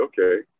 okay